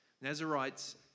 Nazarites